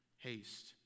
haste